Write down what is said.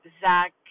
Zach